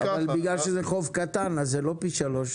בגלל שזה חוף קטן אז זה לא פי שלושה,